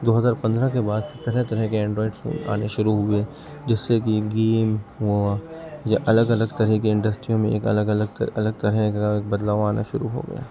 دو ہزار پندرہ کے بعد سے طرح طرح کے اینڈرائیڈ فون آنے شروع ہوئے جس سے کہ گیم ہوا یا الگ الگ طرح کے انڈسٹریوں میں ایک الگ الگ الگ طرح کا ایک بدلاؤ آنا شروع ہو گیا